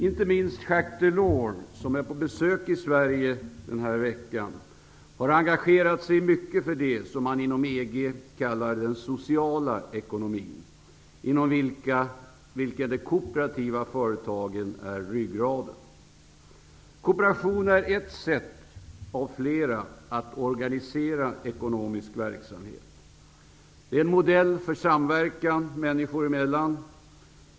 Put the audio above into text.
Inte minst Jacques Delors, som är på besök i Sverige den här veckan, har engagerat sig mycket för det som man inom EG kallar den sociala ekonomin. Inom den är de kooperativa företagen ryggraden. Kooperation är ett sätt av flera att organisera ekonomisk verksamhet. Det är en modell för samverkan människor emellan.